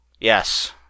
Yes